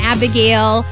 Abigail